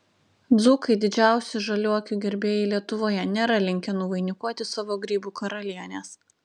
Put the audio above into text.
dzūkai didžiausi žaliuokių gerbėjai lietuvoje nėra linkę nuvainikuoti savo grybų karalienės